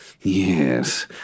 Yes